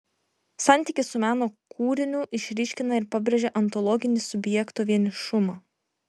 santykis su meno kūriniu išryškina ir pabrėžia ontologinį subjekto vienišumą